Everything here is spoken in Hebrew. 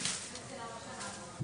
הוועדה קוראת למשרדי הממשלה,